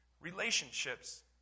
relationships